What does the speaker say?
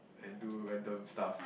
and do random stuff